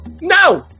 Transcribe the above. No